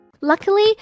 Luckily